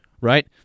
Right